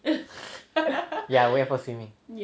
ya wear for swimming